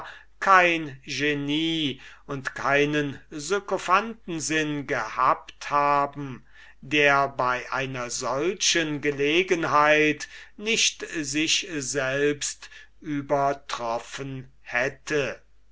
kein genie und keinen sykophantensinn gehabt haben der bei einer solchen gelegenheit nicht sich selbst übertroffen hätte